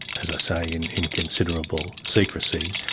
as i say, in in considerable secrecy.